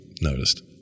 noticed